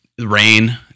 rain